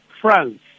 France